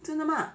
真的吗